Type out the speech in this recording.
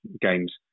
games